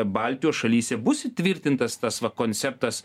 baltijos šalyse bus įtvirtintas tas va konceptas